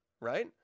right